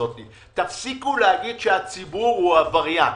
תפסיקו לומר שהציבור הוא עבריין.